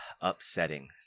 upsetting